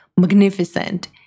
magnificent